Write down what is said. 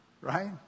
right